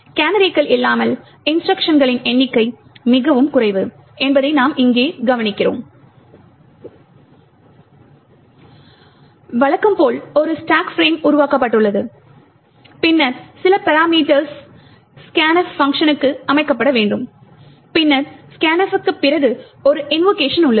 எனவே கேனரிகள் இல்லாமல் இன்ஸ்ட்ருக்ஷன்களின் எண்ணிக்கை மிகக் குறைவு என்பதை நாம் இங்கே கவனிக்கிறீர்கள் வழக்கம் போல் ஒரு ஸ்டேக் ஃபிரேம் உருவாக்கப்பட்டுள்ளது பின்னர் சில பராமீட்டர்ஸ் scanf க்கு அமைக்கப்பட வேண்டும் பின்னர் scanf க்கு பிறகு ஒரு இன்வோகேஷன் உள்ளது